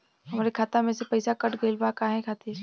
हमरे खाता में से पैसाकट गइल बा काहे खातिर?